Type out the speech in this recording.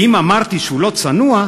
אם אמרתי שהוא לא צנוע,